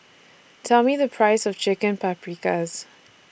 Tell Me The Price of Chicken Paprikas